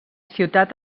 ciutat